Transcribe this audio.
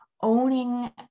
owning